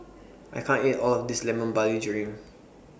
I can't eat All of This Lemon Barley Drink